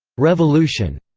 revolution,